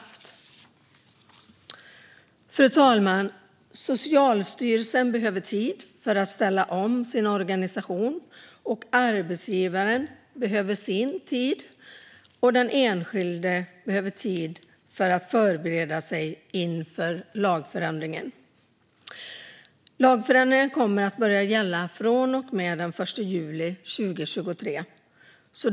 Fru talman! Socialstyrelsen behöver tid för att ställa om sin organisation. Arbetsgivaren behöver sin tid och den enskilde sin att förbereda sig inför lagändringen. Den nya lagen kommer att börja gälla från och med den 1 juli 2023.